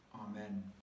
Amen